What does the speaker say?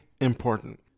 important